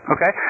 Okay